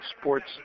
sports